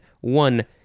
One